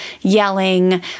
yelling